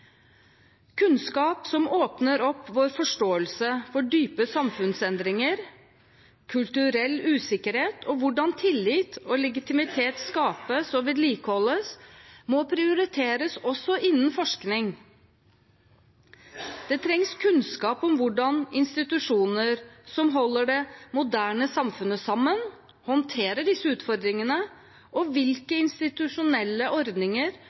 Kunnskap som åpner opp vår forståelse for dype samfunnsendringer, kulturell usikkerhet og hvordan tillit og legitimitet skapes og vedlikeholdes, må prioriteres også innen forskning. Det trengs kunnskap om hvordan institusjoner som holder det moderne samfunnet sammen, håndterer disse utfordringene, og hvilke institusjonelle ordninger